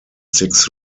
six